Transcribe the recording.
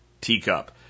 teacup